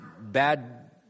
bad